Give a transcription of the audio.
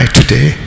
today